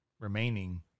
remaining